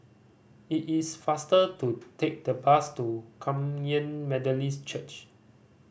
it is faster to take the bus to Kum Yan Methodist Church